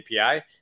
API